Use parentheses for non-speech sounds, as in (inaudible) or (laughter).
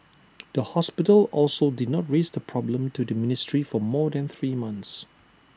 (noise) the hospital also did not raise the problem to the ministry for more than three months